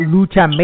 Lucha